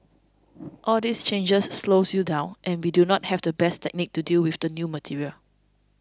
all these changes slows you down and we do not have the best technique to deal with the new material